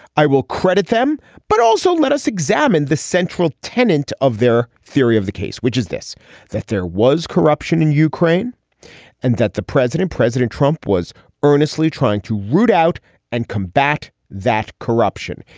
i will credit them but also let us examine the central tenant of their theory of the case which is this that there was corruption in ukraine and that the president president trump was earnestly trying to root out and combat that corruption.